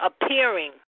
appearing